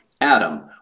Adam